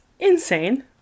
insane